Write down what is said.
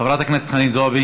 חברת הכנסת חנין זועבי,